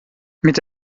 mit